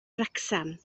wrecsam